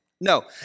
No